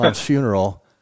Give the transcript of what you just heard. funeral